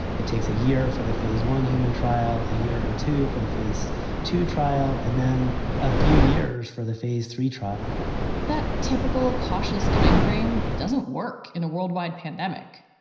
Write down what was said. it takes a year for the phase one human trial, a year or two for the phase two trial, and then a few years for the phase three trial but that typical cautious timeframe doesn't work in a worldwide pandemic.